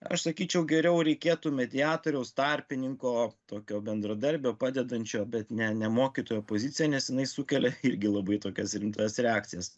aš sakyčiau geriau reikėtų mediatoriaus tarpininko tokio bendradarbio padedančio bet ne ne mokytojo poziciją nes jinai sukelia irgi labai tokias rimtas reakcijas